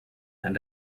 and